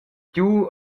giu